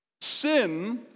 Sin